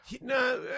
No